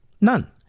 None